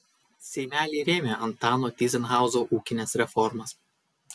seimeliai rėmė antano tyzenhauzo ūkines reformas